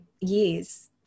years